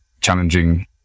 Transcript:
challenging